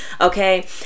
okay